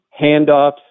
handoffs